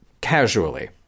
casually